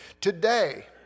Today